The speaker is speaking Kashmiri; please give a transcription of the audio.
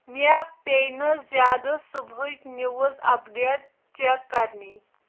مےٚ پیٚیہِ نہٕ زِیادٕ صبحٕچ نوٕز اپ ڈیٹ چٮ۪ک کرنی